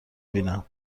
بیینم